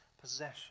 possession